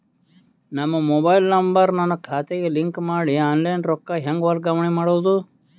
ನನ್ನ mobile number ನನ್ನ ಖಾತೆಗೆ ಲಿಂಕ್ ಮಾಡಿ ಆನ್ಲೈನ್ ರೊಕ್ಕ ಹೆಂಗ ವರ್ಗಾವಣೆ ಮಾಡೋದು?